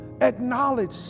Acknowledge